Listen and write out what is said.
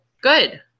Good